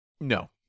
No